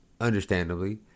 understandably